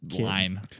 line